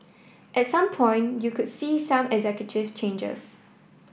at some point you could see some executive changes